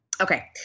Okay